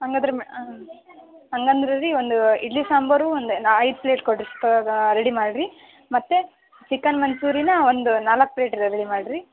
ಹಂಗಾದ್ರೆ ಮೇ ಹಂಗಂದ್ರೆ ರೀ ಒಂದು ಇಡ್ಲಿ ಸಾಂಬಾರು ಒಂದು ನಾ ಐದು ಪ್ಲೇಟ್ ಕೊಡಿರಿ ತ ಗಾ ರೆಡಿ ಮಾಡಿರಿ ಮತ್ತೆ ಚಿಕನ್ ಮಂಚೂರಿನಾ ಒಂದು ನಾಲ್ಕು ಪ್ಲೇಟ್ ರೆಡಿ ಮಾಡಿರಿ